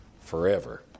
forever